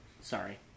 Sorry